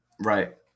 Right